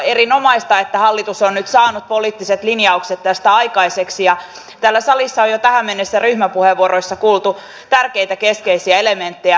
erinomaista että hallitus on nyt saanut poliittiset linjaukset tästä aikaiseksi ja täällä salissa on jo tähän mennessä ryhmäpuheenvuoroissa kuultu tärkeitä keskeisiä elementtejä